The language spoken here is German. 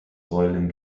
säulen